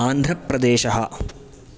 आन्ध्रप्रदेशः